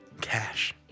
cash